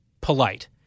polite